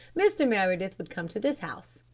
mr. meredith would come to this house,